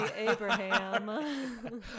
Abraham